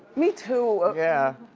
me too. yeah.